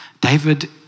David